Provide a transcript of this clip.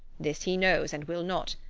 this he knows, and will not.